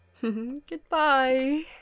Goodbye